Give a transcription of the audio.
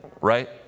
right